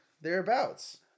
thereabouts